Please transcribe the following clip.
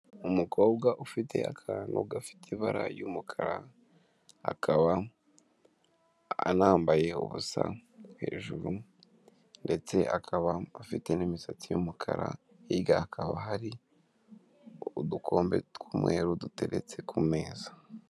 Umukobwa ufite akantu gafite ibara ry'umukara, akaba anambaye ubusa hejuru ndetse akaba afite n'imisatsi y'umukara, hirya hakaba hari udukombe tw'umweru duteretse ku meza.